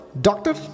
doctor